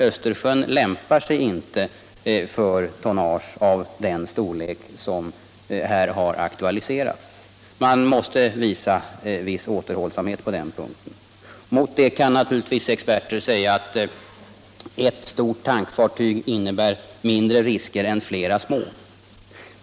Östersjön lämpar sig inte för tonnage av den storlek som här har aktualiserats. Man måste visa viss återhållsamhet på den punkten. Mot detta kan naturligtvis experter invända att ett stort tankfartyg innebär mindre risker än flera små.